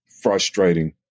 frustrating